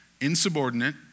Insubordinate